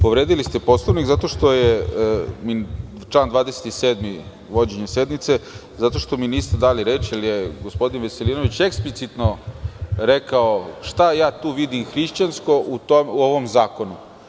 Povredili ste Poslovnik član 27, vođenje sednice, zato što mi niste dali reč jer je gospodin Veselinović eksplicitno rekao šta ja tu vidim hrišćansko u ovom zakonu.